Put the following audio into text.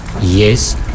yes